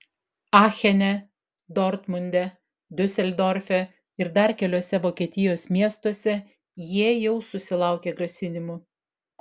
achene dortmunde diuseldorfe ir dar keliuose vokietijos miestuose jie jau susilaukė grasinimų